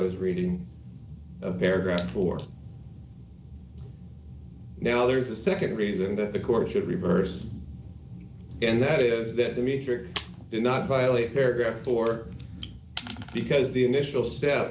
those reading a paragraph or now there's a nd reason that the court should reverse and that is that the meter did not violate paragraph four because the initial step